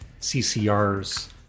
CCR's